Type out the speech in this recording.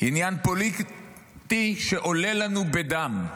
עניין פוליטי שעולה לנו בדם,